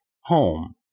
home